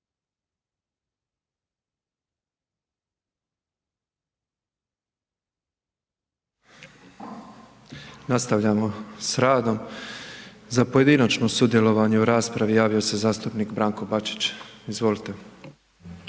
zastupnik Branko Bačić.